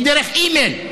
היא דרך אימייל.